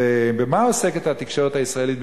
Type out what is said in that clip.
ובמה עוסקת התקשורת הישראלית,